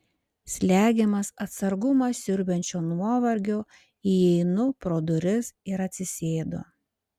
slegiamas atsargumą siurbiančio nuovargio įeinu pro duris ir atsisėdu